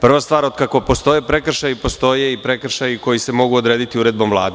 Prva stvar, otkako postoje prekršaji postoje i prekršaji koji se mogu odrediti uredbom Vlade.